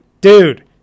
dude